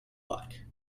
luck